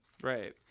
right